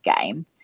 game